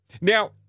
Now